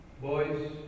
Boys